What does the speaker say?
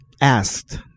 asked